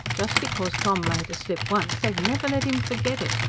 just because tom made a slip once, they've never let im forget it,